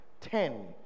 ten